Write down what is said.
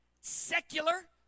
secular